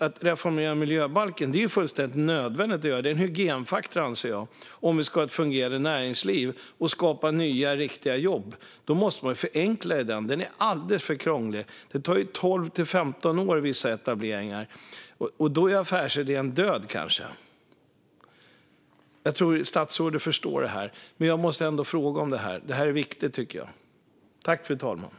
Att reformera miljöbalken är fullständigt nödvändigt. Det är en hygienfaktor, anser jag. Om vi ska ha ett fungerande näringsliv och skapa nya riktiga jobb måste man förenkla den. Den är alldeles för krånglig. Vissa etableringar tar 12-15 år, och då är affärsidén kanske redan död. Jag tror att statsrådet förstår det här, men jag måste ändå fråga, för jag tycker att det här är viktigt.